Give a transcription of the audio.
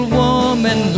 woman